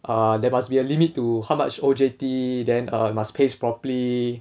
err there must be a limit to how much O_J_T then err must pace properly